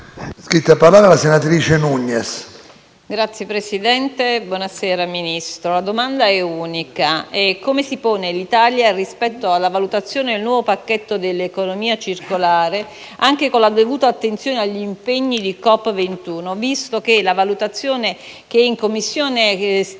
la domanda è unica: come si pone l'Italia rispetto alla valutazione del nuovo pacchetto dell'economia circolare, anche con la dovuta attenzione agli impegni di COP21, visto che la valutazione che sta emergendo in Commissione dal